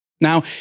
Now